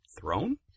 throne